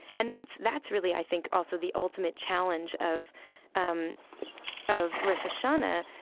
and that's that's really, i think, also, the ultimate challenge of um of rosh hashanah,